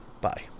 Bye